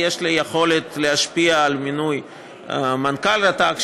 ויש לי יכולת להשפיע על מינוי מנכ"ל רט"ג,